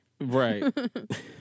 right